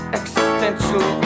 existential